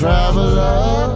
Traveler